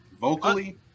Vocally